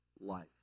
life